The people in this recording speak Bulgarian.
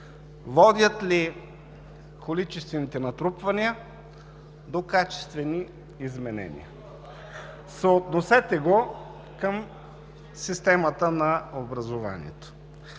водят ли количествените натрупвания до качествени изменения? (Шум и реплики.) Съотносете го към системата на образованието.